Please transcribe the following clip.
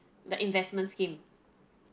the investment scheme